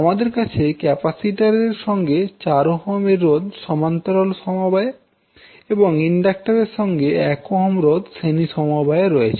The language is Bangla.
আমাদের কাছে ক্যাপাসিটর এর সঙ্গে 4Ω এর রোধ সমান্তরাল সবায়ে এবং ইন্ডাক্টর এর সঙ্গে 1Ω এর রোধ শ্রেণী সমবায়ে রয়েছে